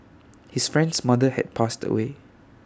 his friend's mother had passed away